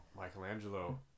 Michelangelo